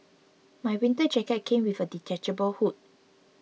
my winter jacket came with a detachable hood